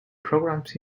programs